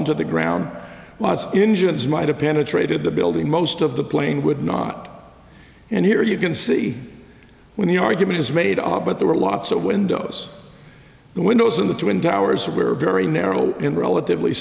into the ground was engine smiter penetrated the building most of the plane would not and here you can see when the argument is made up but there were lots of windows the windows in the twin towers were very narrow and relatively